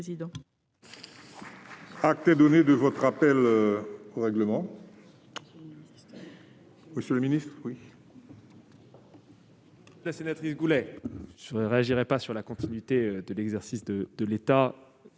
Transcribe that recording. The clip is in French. Acte est donné de votre rappel au règlement,